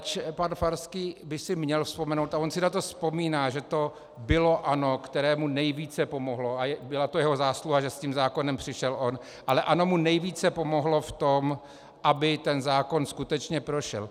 Leč pan Farský by si měl vzpomenout, a on si na to vzpomíná, že to bylo ANO, které mu nejvíce pomohlo, a byla to jeho zásluha, že s tím zákonem přišel on, ale ANO mu nejvíce pomohlo v tom, aby ten zákon skutečně prošel.